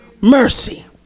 mercy